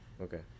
Okay